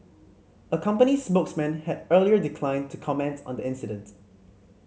a company spokesman had earlier declined to comments on the incident